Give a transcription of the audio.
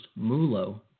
MULO